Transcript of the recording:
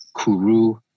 Kuru